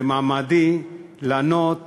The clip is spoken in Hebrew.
במעמדי, לענות